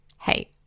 Hey